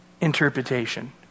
Interpretation